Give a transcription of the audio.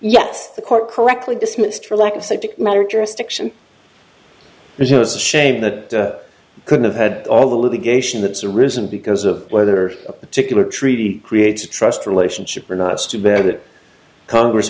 yes the court correctly dismissed for lack of subject matter jurisdiction because the shame that could have had all the litigation that's the reason because of whether a particular treaty creates a trust relationship or not it's too bad that congress